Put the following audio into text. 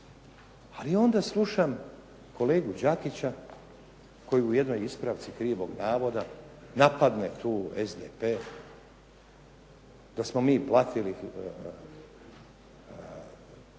ali onda slušam kolegu Đakića koji u jednoj ispravci krivog navoda napadne tu SDP da smo mi blatili